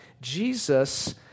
Jesus